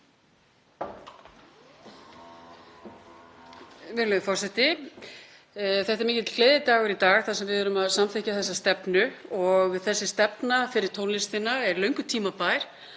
Virðulegi forseti. Þetta er mikill gleðidagur í dag þar sem við erum að samþykkja þessa stefnu. Þessi stefna fyrir tónlistina er löngu tímabær.